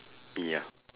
ya